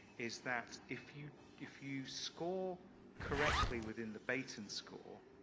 is that if you if you score correctly within the beighton score,